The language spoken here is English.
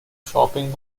shopping